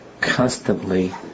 constantly